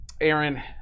Aaron